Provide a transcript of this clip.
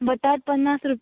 बटाट पन्नास रुपया